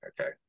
Okay